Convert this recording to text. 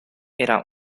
era